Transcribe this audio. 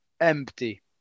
Empty